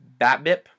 BATBIP